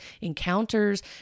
encounters